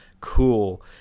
cool